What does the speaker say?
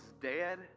dead